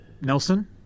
Nelson